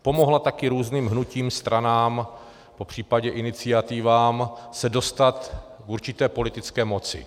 Pomohla taky různým hnutím, stranám popř. iniciativám se dostat k určité politické moci.